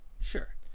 Sure